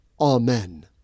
Amen